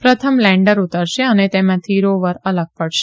પ્રથમ લેન્ડર ઉતરશે અને તેમાંથી રોવર અલગ પડશે